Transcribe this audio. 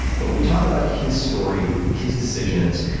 but we talk about his story, his decisions,